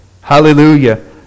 Hallelujah